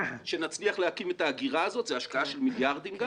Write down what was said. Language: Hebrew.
שנצליח להקים את האגירה הזאת וזאת השקעה של מיליארדים,